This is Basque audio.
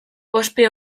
ospe